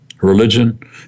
Religion